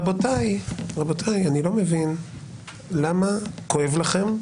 רבותיי, אני לא מבין למה כואב לכם?